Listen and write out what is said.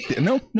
no